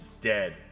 dead